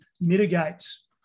mitigates